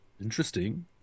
Interesting